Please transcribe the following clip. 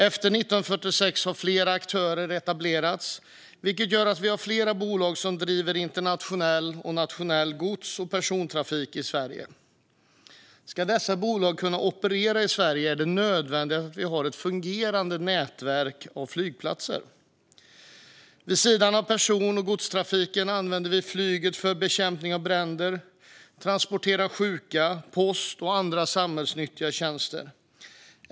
Efter 1946 har flera aktörer etablerats, vilket gjort att vi har flera bolag som driver internationell och nationell gods och persontrafik i Sverige. Ska dessa bolag kunna operera i Sverige är det nödvändigt att vi har ett fungerande nätverk av flygplatser. Vid sidan av person och godstrafiken använder vi flyget för bekämpning av bränder, transport av sjuka och post och andra samhällsnyttiga tjänster.